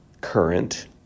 current